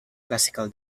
classical